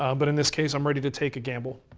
um but in this case, i'm ready to take a gamble.